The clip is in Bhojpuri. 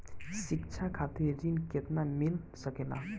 शिक्षा खातिर ऋण केतना मिल सकेला?